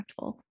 impactful